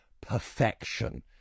perfection